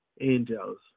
angels